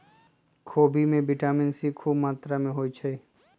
खोबि में vitamin C खूब मत्रा होइ छइ